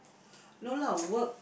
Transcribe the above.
no lah work